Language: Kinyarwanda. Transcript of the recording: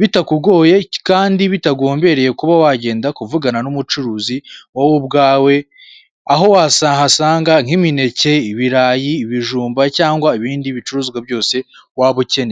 bitakugoye kandi bitagombereye kuba wagenda kuvugana n'umucuruzi wowe ubwawe, aho wahasanga nk'imineke, ibirayi, ibijumba cyangwa ibindi bicuruzwa byose waba ukeneye.